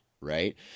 Right